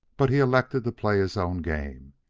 but he elected to play his own game,